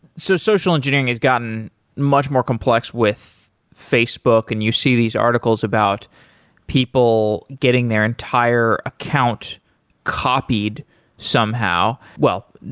so social engineering has gotten much more complex with facebook, and you see these articles about people getting their entire account copied somehow. well,